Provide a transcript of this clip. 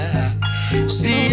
See